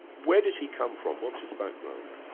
where does he come from? what's his background?